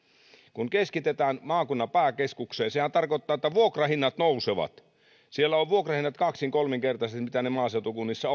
kun keskitetään maakunnan pääkeskukseen sehän tarkoittaa että vuokrahinnat nousevat siellä ovat vuokrahinnat kaksin kolminkertaiset verrattuna siihen mitä ne maaseutukunnissa